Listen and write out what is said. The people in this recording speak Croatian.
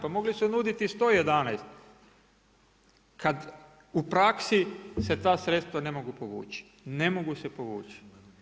Pa mogli su nuditi i 111 kad u praksi se ta sredstva ne mogu povući, ne mogu se povući.